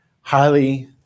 highly